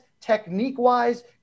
technique-wise